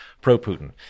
pro-Putin